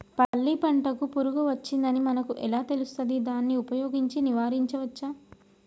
పల్లి పంటకు పురుగు వచ్చిందని మనకు ఎలా తెలుస్తది దాన్ని ఉపయోగించి నివారించవచ్చా?